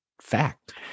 fact